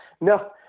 No